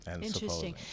Interesting